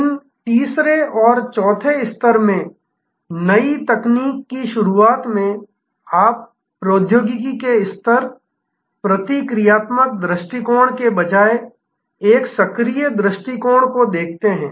इन तीसरे और चौथे स्तर में नई तकनीक की शुरूआत में आप प्रौद्योगिकी के प्रति प्रतिक्रियात्मक दृष्टिकोण के बजाय एक सक्रिय दृष्टिकोण देखते हैं